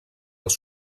als